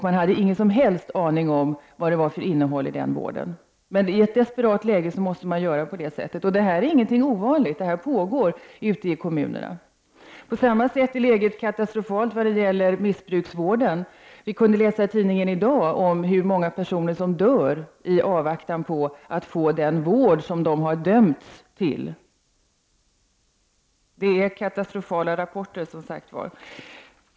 Man hade ingen som helst aning om vad det var för innehåll i den vården, men i ett desperat läge måste man göra på det sättet. Det här är ingenting ovanligt. Detta pågår ute i kommunerna. Läget är på samma sätt katastrofalt i vad gäller missbruksvården. Vi kunde i dag läsa i tidningen uppgifter om hur många som dör i avvaktan på att få den vård som de har dömts till. Detta är katastrofala rapporter.